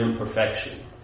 imperfection